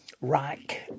Rack